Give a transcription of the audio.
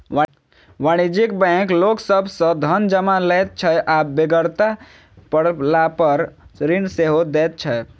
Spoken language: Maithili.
वाणिज्यिक बैंक लोक सभ सॅ धन जमा लैत छै आ बेगरता पड़लापर ऋण सेहो दैत छै